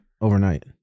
Overnight